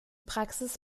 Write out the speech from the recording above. praxis